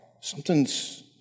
Something's